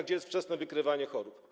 Gdzie jest wczesne wykrywanie chorób?